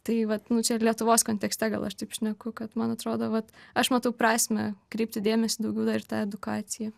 tai vat nu čia lietuvos kontekste gal aš taip šneku kad man atrodo vat aš matau prasmę kreipti dėmesį daugiau dar į tą edukaciją